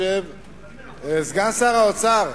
סגן שר האוצר,